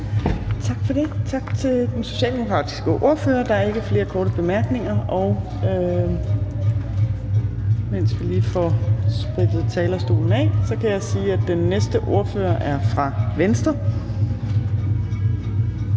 Tak for det. Tak til den socialdemokratiske ordfører. Der er ikke flere korte bemærkninger. Mens vi lige får sprittet talerstolen af, kan jeg sige, at den næste ordfører er fra Venstre,